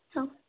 ହଁ